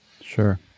Sure